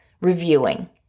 reviewing